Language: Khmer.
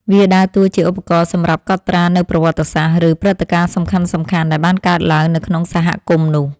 វាដើរតួជាឧបករណ៍សម្រាប់កត់ត្រានូវប្រវត្តិសាស្ត្រ ឬព្រឹត្តិការណ៍សំខាន់ៗដែលបានកើតឡើងនៅក្នុងសហគមន៍នោះ។